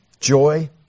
Joy